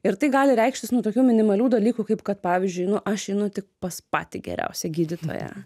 ir tai gali reikštis nu tokių minimalių dalykų kaip kad pavyzdžiui nu aš einu tik pas patį geriausią gydytoją